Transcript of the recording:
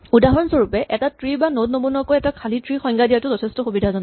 উদাহৰণস্বৰুপে এটা ট্ৰী বা নড নবনোৱাকৈয়ে এটা খালী ট্ৰী ৰ সংজ্ঞা দিয়াটো যথেষ্ঠ সুবিধাজনক